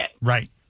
Right